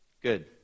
Good